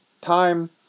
time